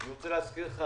אני רוצה להזכיר לך,